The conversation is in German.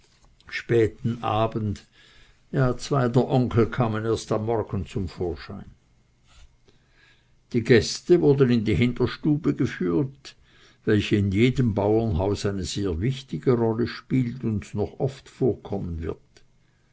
späten abend ja zwei der onkel kamen erst am morgen wieder zum vorschein die gäste wurden in die hinterstube geführt welche in jedem bauernhause eine sehr wichtige rolle spielt und noch oft vorkommen wird